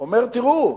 אומר: תראו,